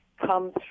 comes